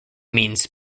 means